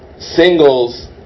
Singles